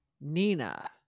Nina